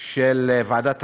של ועדת הכנסת,